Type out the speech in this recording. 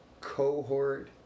cohort